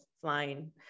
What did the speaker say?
flying